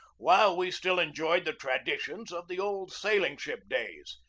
while we still enjoyed the traditions of the old sailing-ship days,